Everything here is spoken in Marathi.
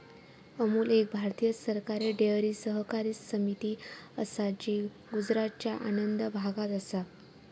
अमूल एक भारतीय सरकारी डेअरी सहकारी समिती असा जी गुजरातच्या आणंद भागात असा